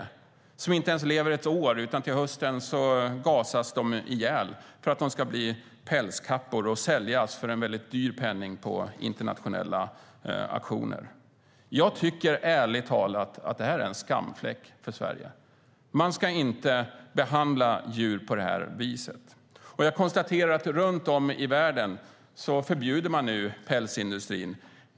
De lever inte ens ett år, utan de gasas ihjäl på hösten för att bli pälskappor och säljas för en dyr penning på internationella auktioner. Ärligt talat tycker jag att det här är en skamfläck för Sverige. Man ska inte behandla djur på det viset. Runt om i världen förbjuder man nu pälsindustrin.